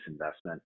investment